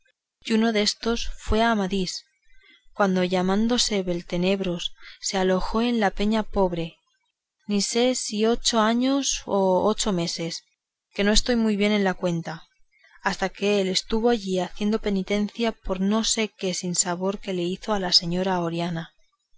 y uno déstos fue amadís cuando llamándose beltenebros se alojó en la peña pobre ni sé si ocho años o ocho meses que no estoy muy bien en la cuenta basta que él estuvo allí haciendo penitencia por no sé qué sinsabor que le hizo la señora oriana